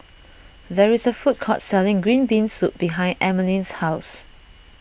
there is a food court selling Green Bean Soup behind Emaline's house